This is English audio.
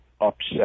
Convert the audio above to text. upset